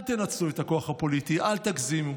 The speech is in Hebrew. אל תנצלו את הכוח הפוליטי, אל תגזימו,